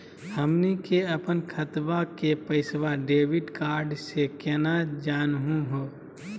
हमनी के अपन खतवा के पैसवा डेबिट कार्ड से केना जानहु हो?